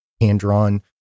hand-drawn